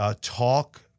talk